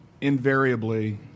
invariably